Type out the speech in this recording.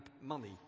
money